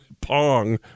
Pong